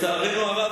לצערנו הרב,